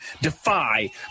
Defy